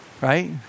right